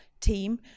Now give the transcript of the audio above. team